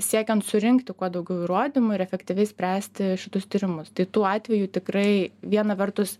siekiant surinkti kuo daugiau įrodymų ir efektyviai spręsti šitus tyrimus tai tų atvejų tikrai viena vertus